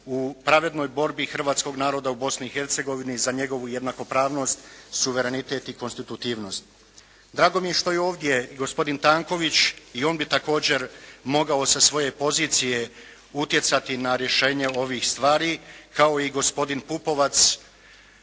u pravednoj borbi hrvatskog naroda u Bosni i Hercegovini za njegovu jednakopravnost, suverenitet i konstitutivnost. Drago mi je što je ovdje gospodin Tanković, i on bi također mogao sa svoje pozicije utjecati na rješenje ovih stvari kao i gospodin Pupovac.